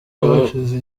hashize